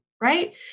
right